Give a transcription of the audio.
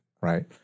right